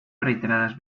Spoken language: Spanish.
reiteradas